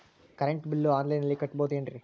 Current bill ಆನ್ಲೈನಿನಲ್ಲಿ ಕಟ್ಟಬಹುದು ಏನ್ರಿ?